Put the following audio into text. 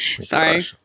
Sorry